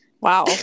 Wow